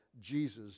jesus